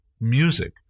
music